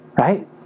Right